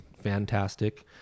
fantastic